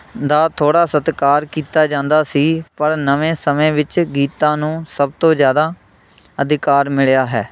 ਦਾ ਥੋੜ੍ਹਾ ਸਤਿਕਾਰ ਕੀਤਾ ਜਾਂਦਾ ਸੀ ਪਰ ਨਵੇਂ ਸਮੇਂ ਵਿੱਚ ਗੀਤਾਂ ਨੂੰ ਸਭ ਤੋਂ ਜ਼ਿਆਦਾ ਅਧਿਕਾਰ ਮਿਲਿਆ ਹੈ